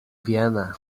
vienna